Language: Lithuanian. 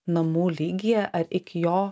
namų lygyje ar iki jo